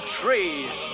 trees